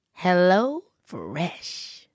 HelloFresh